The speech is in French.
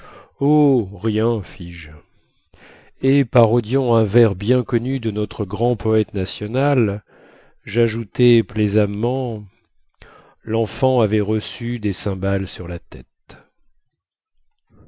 oh rien fis-je et parodiant un vers bien connu de notre grand poète national jajoutai plaisamment lenfant avait reçu des cymbales sur la tête